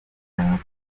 java